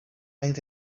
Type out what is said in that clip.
lying